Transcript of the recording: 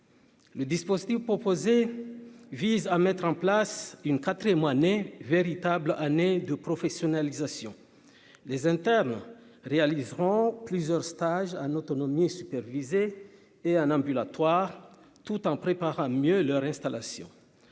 Le dispositif proposé vise à mettre en place une craqueler moi né véritable année de professionnalisation, les internes réaliseront plusieurs stages un autonomie superviser et un ambulatoire, tout en préparant mieux leur installation